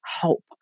help